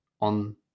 on